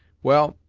well,